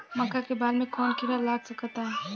मका के बाल में कवन किड़ा लाग सकता?